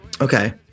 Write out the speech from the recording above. Okay